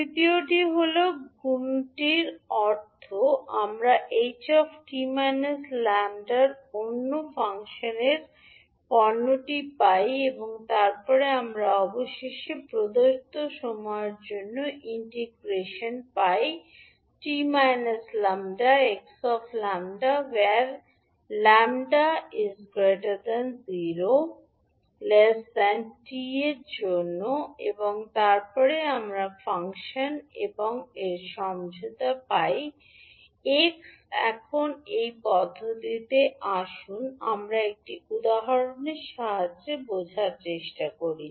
তৃতীয়টি হল গুণটির অর্থ আমরা ℎ 𝑡 𝜆 এবং অন্য ফাংশন 𝑥 𝜆 এর পণ্যটি পাই এবং তারপরে আমরা অবশেষে প্রদত্ত সময়ের জন্য ইন্টিগ্রেশন পাই 𝑡 𝜆 𝑥 𝜆 0 𝜆 tএর জন্য এবং তারপরে আমরা ফাংশন ℎ এবং এর সমঝোতা পাই 𝑥 এখন এই পদ্ধতির আসুন আমরা একটি উদাহরণের সাহায্যে বোঝার চেষ্টা করি